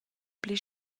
pli